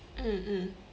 mm mm